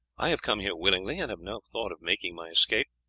i have come here willingly, and have no thought of making my escape,